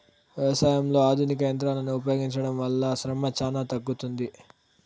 వ్యవసాయంలో ఆధునిక యంత్రాలను ఉపయోగించడం వల్ల శ్రమ చానా తగ్గుతుంది